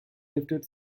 lifted